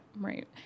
right